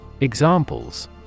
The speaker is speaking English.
Examples